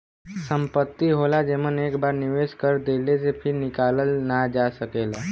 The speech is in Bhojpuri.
संपत्ति होला जेमन एक बार निवेस कर देले से फिर निकालल ना जा सकेला